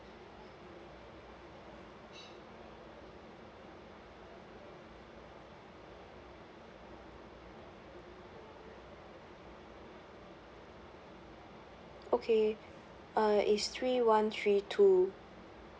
okay uh is three one three two